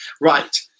Right